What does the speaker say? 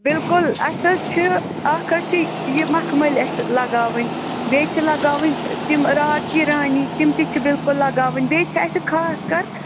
بِلکُل اَسہِ حظ چھِ اکھ ٲسی یہِ مَخمٔلۍ اسہِ لگاوٕنۍ بیٚیہِ چھِ لگاوٕنۍ تِم رات کی رانی تِم تہِ چھِ بِلکُل لگاوٕنۍ بیٚیہِ چھِ اَسہِ خاص کر